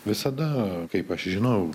visada kaip aš jį žinojau